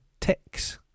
Ticks